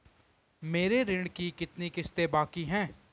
मेरे ऋण की कितनी किश्तें बाकी हैं?